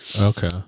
Okay